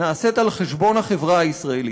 נעשית על חשבון החברה הישראלית,